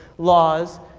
laws,